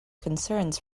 concerns